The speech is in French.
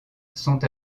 sont